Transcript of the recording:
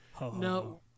No